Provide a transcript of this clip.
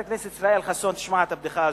חבר הכנסת ישראל חסון, תשמע את הבדיחה הזאת.